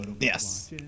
Yes